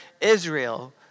Israel